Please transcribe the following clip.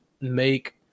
make